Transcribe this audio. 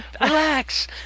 Relax